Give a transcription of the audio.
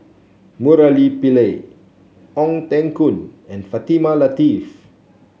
Murali Pillai Ong Teng Koon and Fatimah Lateef